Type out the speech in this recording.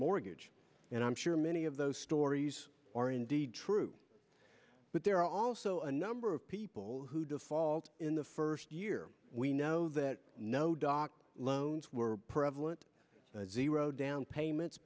mortgage and i'm sure many of those stories are indeed true but there are also a number of people who default in the first year we know that no doc loans were prevalent zero down payments